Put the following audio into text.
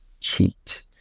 cheat